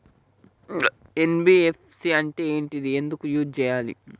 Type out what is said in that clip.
NBFC అంటే ఏంటిది ఎందుకు యూజ్ చేయాలి?